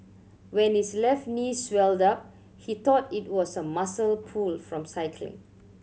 when his left knee swelled up he thought it was a muscle pull from cycling